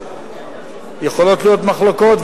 יכולות להיות מחלוקות,